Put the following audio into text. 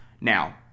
Now